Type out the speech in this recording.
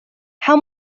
how